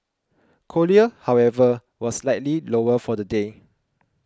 cochlear however was slightly lower for the day